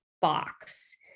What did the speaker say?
box